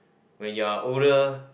when you are older